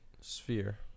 Sphere